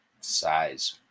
size